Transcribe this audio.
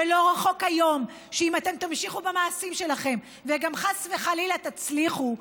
ולא רחוק היום שאם אתם תמשיכו במעשים שלכם וגם חס וחלילה תצליחו,